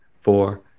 four